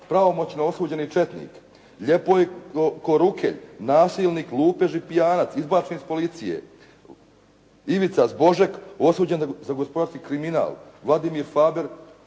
pravomoćno osuđeni četnik, Ljepojko Rukelj nasilnik, lupež i pijanac izbačen iz policije, Ivica …/Govornik se ne razumije./… osuđen za gospodarski kriminal, Vladimir Faber